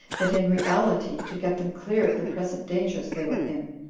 but in reality to get them clear of the present dangers they were in.